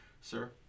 sir